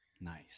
Nice